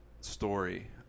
story